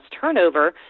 turnover